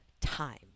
time